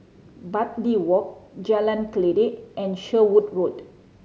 Bartley Walk Jalan Kledek and Sherwood Road